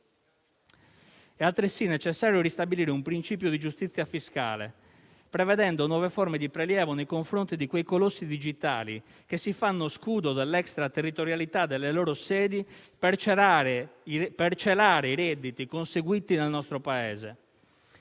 È altresì necessario ristabilire un principio di giustizia fiscale, prevedendo nuove forme di prelievo nei confronti di quei colossi digitali che si fanno scudo dell'extraterritorialità delle loro sedi per celare i redditi conseguiti nel nostro Paese.